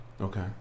Okay